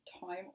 time